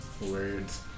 words